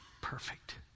perfect